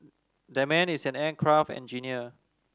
that man is an aircraft engineer